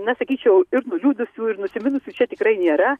na sakyčiau ir nuliūdusių ir nusiminusių čia tikrai nėra